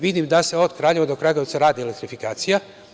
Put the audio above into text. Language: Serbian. Vidim da se od Kraljeva do Kragujevca radi elektrifikacija.